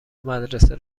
مدرسه